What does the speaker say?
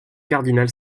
cardinal